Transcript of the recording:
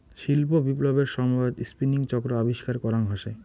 শিল্প বিপ্লবের সময়ত স্পিনিং চক্র আবিষ্কার করাং হসে